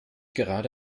gerade